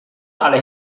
aller